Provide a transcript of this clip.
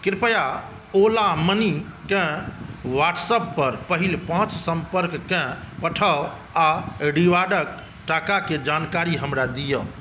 कृपया ओला मनीकेँ व्हाट्सएप पर पहिल पाँच सम्पर्ककेँ पठाउ आ रिवार्डके टाकाके जानकारी हमरा दिअऽ